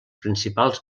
principals